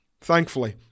Thankfully